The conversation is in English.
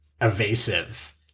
evasive